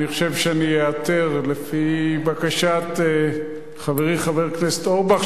אני חושב שאני איעתר לפי בקשת חברי חבר הכנסת אורבך,